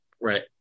Right